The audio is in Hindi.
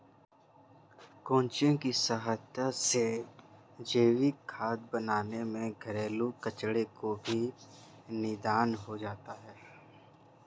केंचुए की सहायता से जैविक खाद बनाने में घरेलू कचरो का भी निदान हो जाता है